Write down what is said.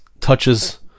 touches